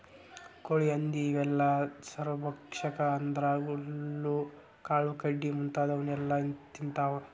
ಕೋಳಿ ಹಂದಿ ಇವೆಲ್ಲ ಸರ್ವಭಕ್ಷಕ ಅಂದ್ರ ಹುಲ್ಲು ಕಾಳು ಕಡಿ ಮುಂತಾದವನ್ನೆಲ ತಿಂತಾವ